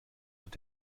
wird